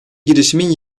girişimin